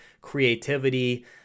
creativity